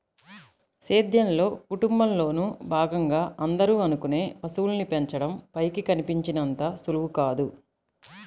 సేద్యంలో, కుటుంబంలోను భాగంగా అందరూ అనుకునే పశువుల్ని పెంచడం పైకి కనిపించినంత సులువు కాదు